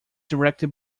directed